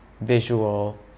visual